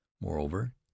Moreover